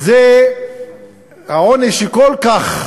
העוני הכל-כך